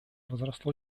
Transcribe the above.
возросло